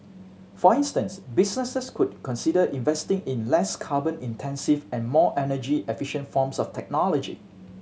for instance businesses could consider investing in less carbon intensive and more energy efficient forms of technology